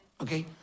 Okay